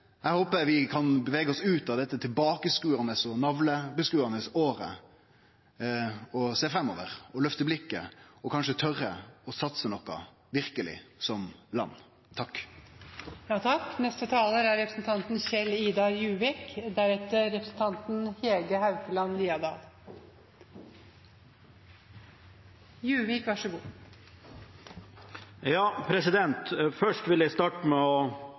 Eg håper vi kan bevege oss ut av dette tilbakeskodande og sjølvopptatte året, sjå framover, løfte blikket og kanskje tore å verkeleg satse noko som land. Jeg vil starte med å